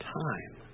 time